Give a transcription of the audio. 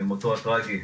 מותו הטרגי,